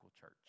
church